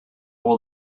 will